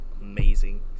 amazing